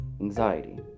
anxiety